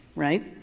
right?